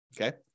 Okay